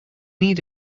need